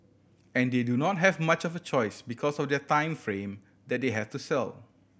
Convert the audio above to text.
and they do not have much of a choice because of their time frame that they have to sell